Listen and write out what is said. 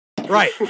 Right